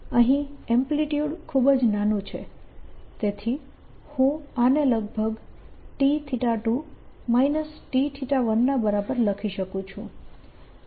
અહીં એમ્પ્લીટ્યુડ ખૂબ જ નાનું છે તેથી હું આને લગભગ T2 T1 ના બરાબર લખી શકું છું